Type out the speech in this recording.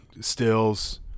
Stills